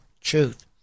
truth